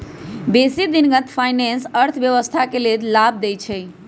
बेशी दिनगत फाइनेंस अर्थव्यवस्था के लेल लाभ देइ छै